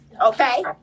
okay